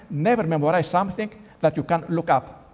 never memorise something that you can look up